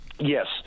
Yes